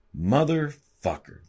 motherfucker